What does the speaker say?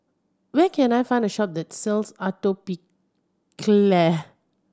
where can I find a shop that sells Atopiclair